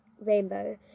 rainbow